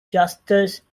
justus